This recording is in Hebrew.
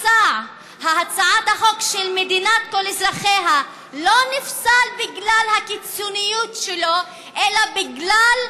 הצעת החוק של מדינת כל אזרחיה לא נפסלה בגלל הקיצוניות שלה אלא בגלל,